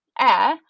air